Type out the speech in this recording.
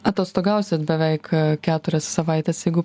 atostogausit beveik keturias savaites jeigu